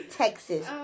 texas